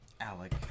Alec